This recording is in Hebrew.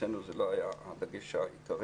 אצלנו זה לא היה הדגש העיקרי,